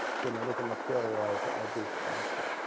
genetic materials at this junction.